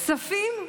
כספים: